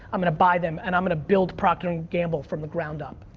i'm gonna buy them and i'm gonna build proctor and gamble from the ground up.